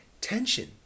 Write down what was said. Tension